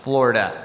Florida